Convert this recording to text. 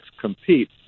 compete